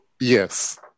Yes